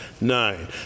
nine